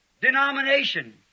denomination